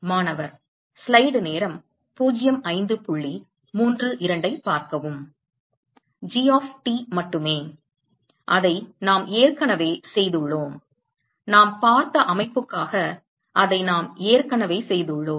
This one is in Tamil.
மாணவர் G ஆஃப் T மட்டுமே அதை நாம் ஏற்கனவே செய்துள்ளோம் நாம் பார்த்த அமைப்புக்காக அதை நாம் ஏற்கனவே செய்துள்ளோம்